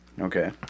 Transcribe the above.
Okay